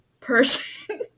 person